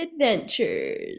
Adventures